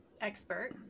expert